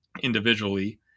individually